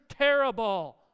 terrible